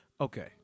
Okay